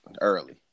early